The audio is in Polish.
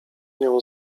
nią